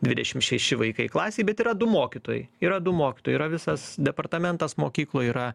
dvidešim šeši vaikai klasėj bet yra du mokytojai yra du mokytojai yra visas departamentas mokykloj yra